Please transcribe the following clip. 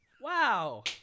Wow